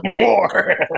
more